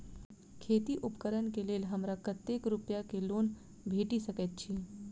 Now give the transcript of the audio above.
खेती उपकरण केँ लेल हमरा कतेक रूपया केँ लोन भेटि सकैत अछि?